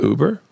Uber